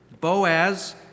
Boaz